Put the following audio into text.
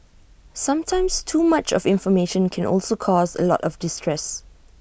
sometimes too much of information can also cause A lot of distress